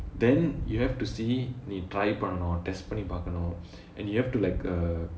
then you have to see நீ:nee try பண்ணனும்:pannanum test பண்ணி பார்க்கனும்:panni paarkanum and you have to like uh